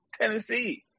Tennessee